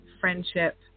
friendship